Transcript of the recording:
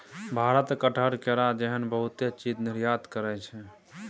भारत कटहर, केरा जेहन बहुते चीज निर्यात करइ छै